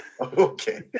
Okay